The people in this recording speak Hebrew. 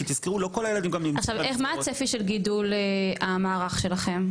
כי תזכרו לא כל הילדים -- עכשיו מה הצפי של גידול המערך שלכם?